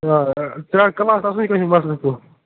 آ آ ژےٚ اگر کٕلاس آسنَے کیٚنٛہہ چھُنہٕ مسلہٕ تُل